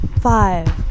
Five